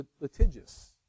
litigious